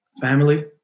Family